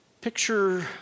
picture